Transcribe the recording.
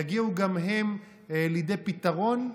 יגיעו גם הם לידי פתרון,